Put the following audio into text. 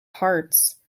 hearts